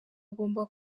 agomba